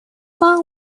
два